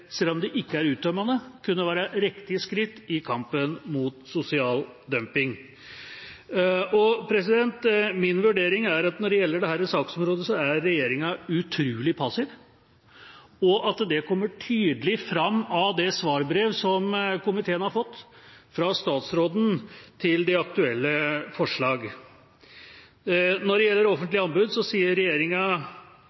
selv om de ikke er uttømmende – kunne være riktige skritt i kampen mot sosial dumping. Min vurdering er at når det gjelder dette saksområdet, er regjeringa utrolig passiv, og at det kommer tydelig fram av det svarbrev som komiteen har fått fra statsråden, til det aktuelle forslag. Når det gjelder